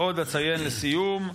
אציין עוד, לסיום,